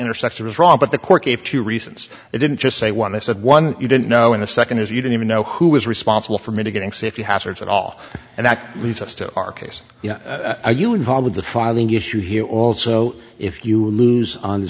intersection was wrong but the court gave two reasons they didn't just say one i said one you don't know in a second if you don't even know who was responsible for mitigating see if you hazards at all and that leads us to our case are you involved with the filing issue here also if you lose on the